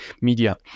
media